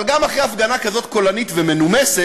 אבל גם אחרי הפגנה כזאת קולנית ומנומסת,